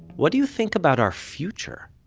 what do you think about our future?